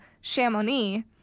Chamonix